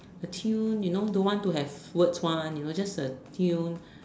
a tune you know don't want to have words one you know just the tune